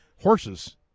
horses